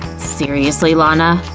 seriously, lana?